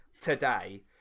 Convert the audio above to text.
today